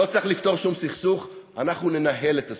לא צריך לפתור שום סכסוך, אנחנו ננהל את הסכסוך.